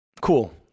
Cool